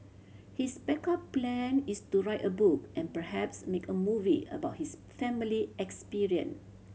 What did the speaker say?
his backup plan is to write a book and perhaps make a movie about his family experience